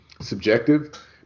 subjective